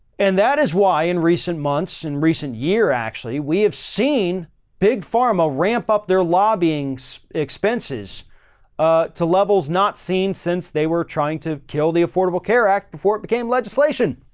and that is why in recent months and recent year actually we have seen big pharma ramp up their lobbying so expenses ah to levels not seen since they were trying to kill the affordable care act before it became became legislation.